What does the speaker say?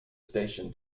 station